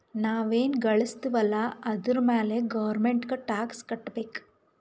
ನಾವ್ ಎನ್ ಘಳುಸ್ತಿವ್ ಅಲ್ಲ ಅದುರ್ ಮ್ಯಾಲ ಗೌರ್ಮೆಂಟ್ಗ ಟ್ಯಾಕ್ಸ್ ಕಟ್ಟಬೇಕ್